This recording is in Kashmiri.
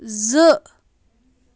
زٕ